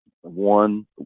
One